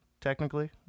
technically